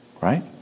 Right